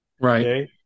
right